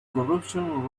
corruption